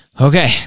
Okay